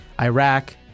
Iraq